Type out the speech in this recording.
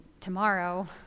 tomorrow